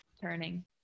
turning